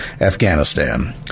Afghanistan